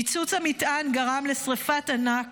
פיצוץ המטען גרם לשרפת ענק,